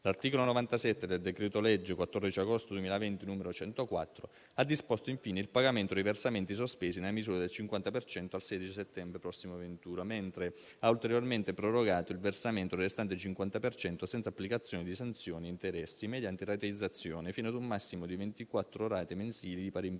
L'articolo 97 del decreto-legge n. 104 del 14 agosto 2020 ha disposto, infine, il pagamento dei versamenti sospesi nella misura del 50 per cento al 16 settembre prossimo venturo, mentre ha ulteriormente prorogato il versamento del restante 50 per cento senza applicazione di sanzioni e interessi, mediante rateizzazione, fino a un massimo di ventiquattro rate mensili di pari importo,